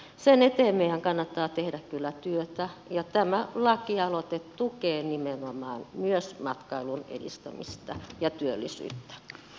sen eteen meidän kannattaa tehdä kyllä työtä ja tämä lakialoite tukee nimenomaan myös matkailun edistämistä ja työllisyyttä